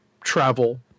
travel